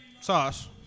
sauce